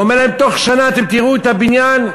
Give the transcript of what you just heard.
ואומר להם: בתוך שנה אתם תראו את הבניין,